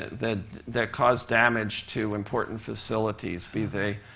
that that cause damage to important facilities, be they